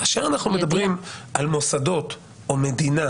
כאשר אנחנו מדברים על מוסדות או מדינה